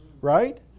right